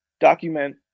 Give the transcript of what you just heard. document